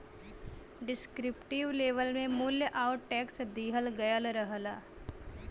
descriptive label में मूल्य आउर टैक्स दिहल गयल रहला